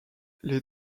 les